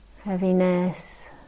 heaviness